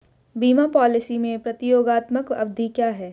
बीमा पॉलिसी में प्रतियोगात्मक अवधि क्या है?